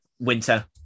winter